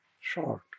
Short